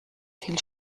viel